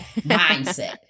mindset